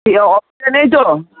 ঠিক আছে অসুবিধা নেই তো